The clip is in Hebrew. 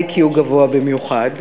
IQ גבוה במיוחד,